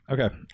Okay